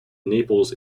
naples